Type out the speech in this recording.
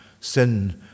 sin